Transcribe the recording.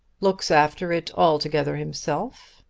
looks after it altogether himself?